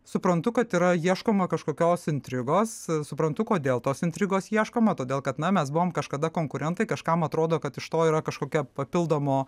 suprantu kad yra ieškoma kažkokios intrigos suprantu kodėl tos intrigos ieškoma todėl kad na mes buvom kažkada konkurentai kažkam atrodo kad iš to yra kažkokia papildomo